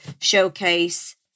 showcase